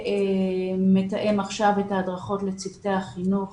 שמתאם עכשיו את ההדרכות לצוותי החינוך